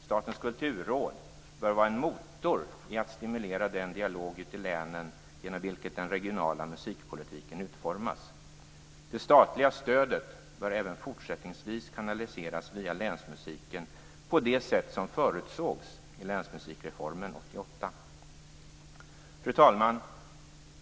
Statens kulturråd bör vara en motor i att stimulera den dialog ute i länen genom vilken den regionala musikpolitiken utformas. Det statliga stödet bör även fortsättningsvis kanaliseras via länsmusiken på det sätt som förutsågs i länsmusikreformen 1988. Fru talman!